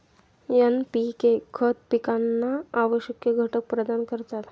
NPK खते पिकांना आवश्यक घटक प्रदान करतात